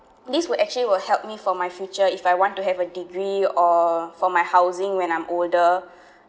this would actually will help me for my future if I want to have a degree or for my housing when I'm older